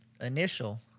initial